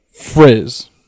frizz